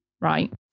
right